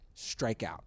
strikeout